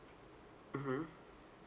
mmhmm